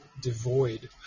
devoid